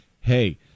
hey